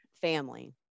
family